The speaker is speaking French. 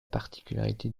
particularité